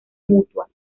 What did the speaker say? mutua